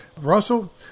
Russell